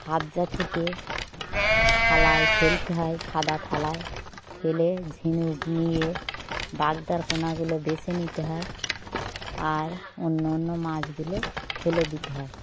হফজা থেকে থালায় ফেলতে হয় সাদা থালায় ফেলে ঝিনুক নিয়ে বাগদার পোনাগুলো বেছে নিতে হয় আর অন্য অন্য মাছগুলো ফেলে দিতে হয়